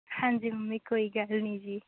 ਹਾਂਜੀ ਮੰਮੀ ਕੋਈ ਗੱਲ ਨਹੀਂ ਜੀ